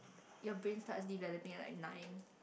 your brain starts developing like nine